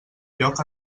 lloc